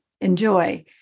enjoy